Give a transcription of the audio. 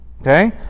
Okay